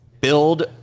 build